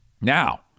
Now